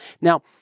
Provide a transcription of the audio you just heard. Now